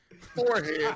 Forehead